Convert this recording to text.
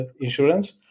insurance